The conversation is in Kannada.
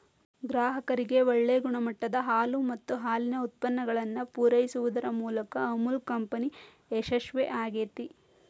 ಗ್ರಾಹಕರಿಗೆ ಒಳ್ಳೆ ಗುಣಮಟ್ಟದ ಹಾಲು ಮತ್ತ ಹಾಲಿನ ಉತ್ಪನ್ನಗಳನ್ನ ಪೂರೈಸುದರ ಮೂಲಕ ಅಮುಲ್ ಕಂಪನಿ ಯಶಸ್ವೇ ಆಗೇತಿ